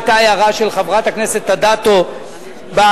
היתה הערה של חברת הכנסת אדטו בוועדה.